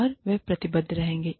और वे प्रतिबद्ध रहेंगे